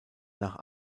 nach